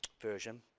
version